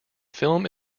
film